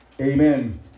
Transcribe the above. Amen